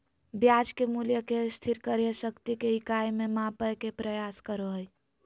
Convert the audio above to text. ब्याज के मूल्य के स्थिर क्रय शक्ति के इकाई में मापय के प्रयास करो हइ